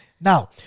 Now